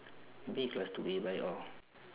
maybe class two A bike or